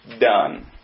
done